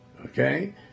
Okay